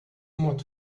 mod